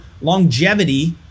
longevity